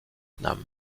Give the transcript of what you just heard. nam